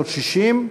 התש"ך 1960,